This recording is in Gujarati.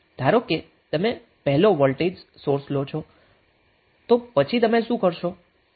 ધારો કે તમે પહેલા વોલ્ટેજ સોર્સ લો છો તો પછી તમે શું કરશો